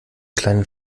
kleinen